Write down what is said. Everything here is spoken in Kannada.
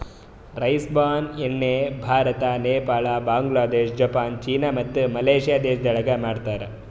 ರೈಸ್ ಬ್ರಾನ್ ಎಣ್ಣಿ ಭಾರತ, ನೇಪಾಳ, ಬಾಂಗ್ಲಾದೇಶ, ಜಪಾನ್, ಚೀನಾ ಮತ್ತ ಮಲೇಷ್ಯಾ ದೇಶಗೊಳ್ದಾಗ್ ಮಾಡ್ತಾರ್